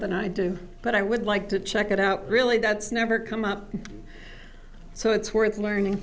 than i do but i would like to check it out really that's never come up so it's worth learning